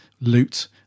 loot